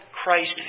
Christ